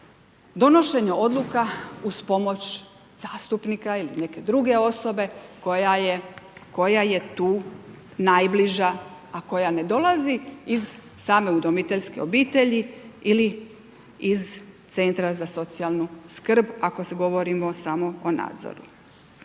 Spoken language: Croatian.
donošenje odluka uz pomoć zastupnika ili neke druge osobe koja je tu najbliža, a koja ne dolazi iz same udomiteljske obitelji ili iz centra za socijalnu skrb ako govorimo samo o nadzoru.